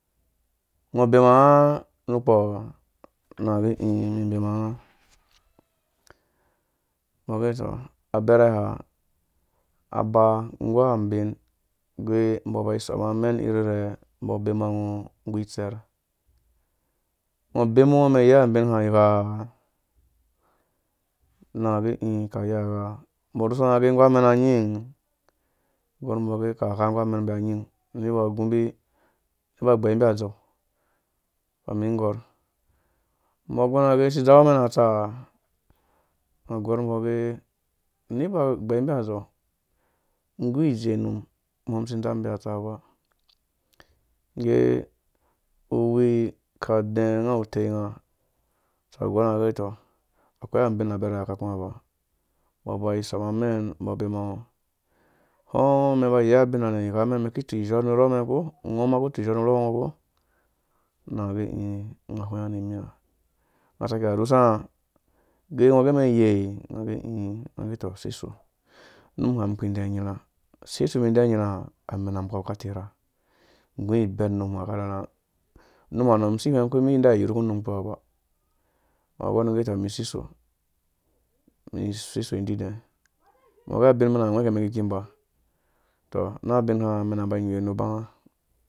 Ngɔ bema nga nu nukpo? Na ge i mi bem nga mbɔ gɛ tɔ abɛrɛ ha aba nggu abin gɛ mbo bai sɔ a mɛn mbɔ bema ngɔ nggu itserh ngɔ bemu ngɔ mɛn yei abin ha igha? Na gɛ i ka yei agha mbɔ rhusa nga rɛ nggu amina nyin? Nga gɔrh mbo agɛ ka gha nggu amɛn mbi nyin agɛ ni ba gu mbi miba gbɛu mbi azeu amin gɔrh mbɔ gɔrh nga gɛ ngɔ si dza ngɔ mɛn atsaa? Nga gɔrh mbɔ gɛ niba gbeu mbi azeu ngu ijee num mi si ndzambi atsaa ba nagge uwi kade nga wu tenga so agɔrh nga tɔ akwei abin abɛrɛ ka tsaa ba mbo bai sɔma mɛn mbɔ bema ngɔ ngɔ hwengo men ba iyei abinanɛ mi ki tsu izhorh ru rhokmɛn ko? Ngɔ ma ku tsu izhorh ru rhɔk ngɔ ko? Naa gɛ i nga hwenga ni mi ha nga sake arhusa nga de ngi gɛ mɛn yei? Nga gɛ i nga to sisok mum ha mi kiɛ nyirha use tsumi dɛ nyiirha? Amenam kawu ka terha nggu ibɛn numha akarharha numa nɔ mi si hweng ko mide iyirhu kum num kpua ba nga gorh mum gɛ tɔ mi siso, mi sisok ididɛ mbɔ gɛ abin mɛna agwɛkɛ mɛn ki ku iba? To na abina mɛna ibai igwe nu ba.